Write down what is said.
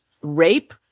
rape